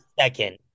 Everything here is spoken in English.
second